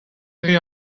dre